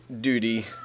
duty